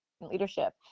leadership